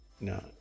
No